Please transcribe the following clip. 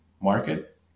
market